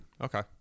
Okay